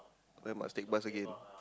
then must take bus again